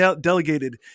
delegated